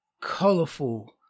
colorful